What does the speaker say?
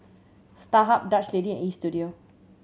Starhub Dutch Lady and Istudio